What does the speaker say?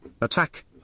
attack